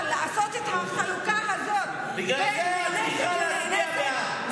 אבל לעשות את החלוקה הזאת בין נאנסת לנאנסת,